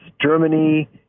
Germany